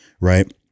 right